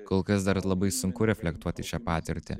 kol kas dar labai sunku reflektuoti šią patirtį